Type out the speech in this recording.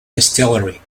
distillery